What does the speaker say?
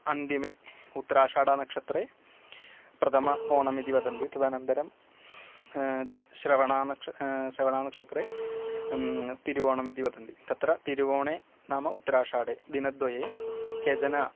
अन्तिमे उत्तराषाढा नक्षत्रे प्रथम ओणम् इति वदन्ति तदनन्तरं श्रवण श्रवणनक्षत्रे तिरुवोणम् इति वदन्ति तत्र तिरुवोणे नाम उत्तराषाढं दिनद्वये केचन